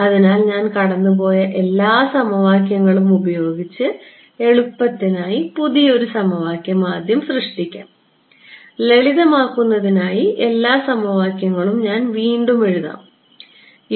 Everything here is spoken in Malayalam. അതിനാൽ ഞാൻ കടന്നുപോയ എല്ലാ സമവാക്യങ്ങളും ഉപയോഗിച്ച് എളുപ്പത്തിനായി പുതിയൊരു സമവാക്യം ആദ്യം സൃഷ്ടിക്കാം ലളിതമാക്കുന്നതിനായി എല്ലാ സമവാക്യങ്ങളും ഞാൻ വീണ്ടും എഴുതുകയാണ്